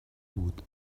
بود